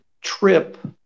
trip